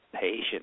patient